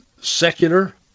secular